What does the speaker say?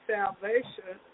salvation